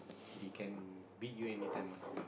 they can beat you anytime one